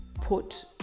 put